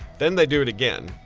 then they do it again,